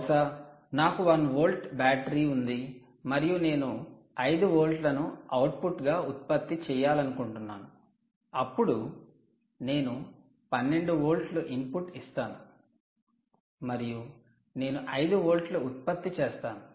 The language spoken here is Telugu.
బహుశా నాకు ఒక వోల్ట్ బ్యాటరీ ఉంది మరియు నేను 5 వోల్ట్లను అవుట్పుట్గా ఉత్పత్తి చేయాలనుకుంటున్నాను అప్పుడు నేను 12 వోల్ట్ల ఇన్పుట్ ఇస్తాను మరియు నేను 5 వోల్ట్ల ఉత్పత్తి చేస్తాను